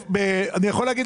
אני יכול להגיד,